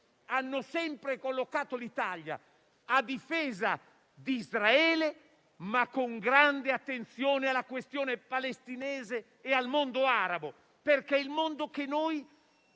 hanno sempre collocato l'Italia a difesa di Israele, ma con grande attenzione alla questione palestinese e al mondo arabo, perché è il mondo che noi